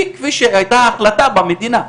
כפי שהייתה החלטה במדינה,